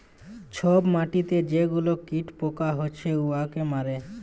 ছব মাটিতে যে গুলা কীট পকা হছে উয়াকে মারে